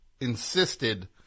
insisted